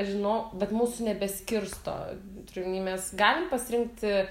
žinau bet mūsų nebeskirsto turiu omeny mes galim pasirinkti